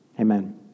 Amen